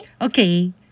Okay